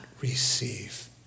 receive